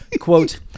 Quote